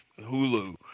Hulu